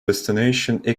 destination